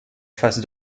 face